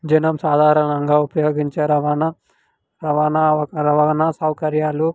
జనం సాధారణంగా ఉపయోగించే రవాణా రవాణా రవాణా సౌకర్యాలు